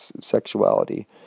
sexuality